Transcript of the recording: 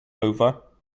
over